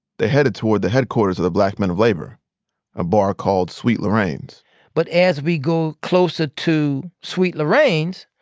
they headed toward the headquarters of the black men of labor a bar called sweet lorraine's but as we go closer to sweet lorraine's,